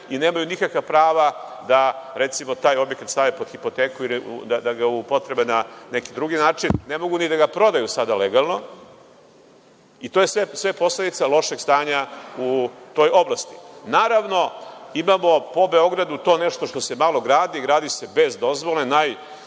i nemaju nikakva prava da, recimo, taj objekat stave pod hipoteku ili da ga upotrebe na neki drugi način. Ne mogu ni da ga prodaju sada legalno. To je sve posledica lošeg stanja u toj oblasti. Naravno, imamo po Beogradu to nešto što se malo gradi, a gradi se bez dozvole.